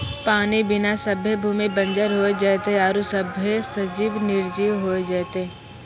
पानी बिना सभ्भे भूमि बंजर होय जेतै आरु सभ्भे सजिब निरजिब होय जेतै